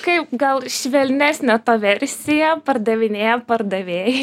kaip gal švelnesnė versija pardavinėja pardavėj